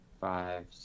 five